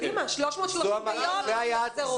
קדימה, 330 מיליון יחזרו.